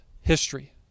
history